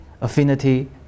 affinity